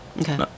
okay